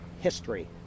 history